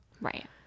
Right